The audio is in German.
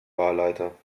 wahlleiter